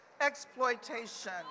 exploitation